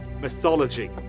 mythology